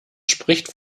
spricht